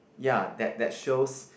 ya that that shows